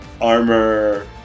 armor